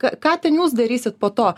ką ten jūs darysit po to